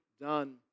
done